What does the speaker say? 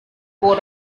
board